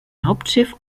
hauptschiff